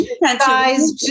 guys